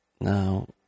now